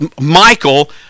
Michael